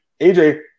AJ